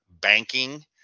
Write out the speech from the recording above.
banking